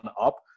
up